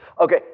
Okay